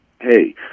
hey